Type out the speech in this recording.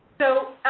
so,